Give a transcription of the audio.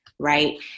right